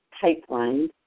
pipeline